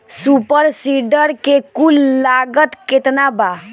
Super seeder के कुल लागत केतना बा?